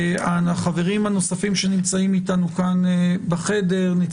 אני אציין שהפנייה יחד עם הפניות של חברי